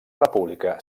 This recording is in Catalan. república